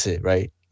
right